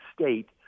state